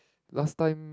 last time